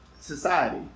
society